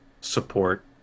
support